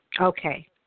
okay